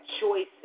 choices